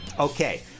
Okay